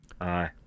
Aye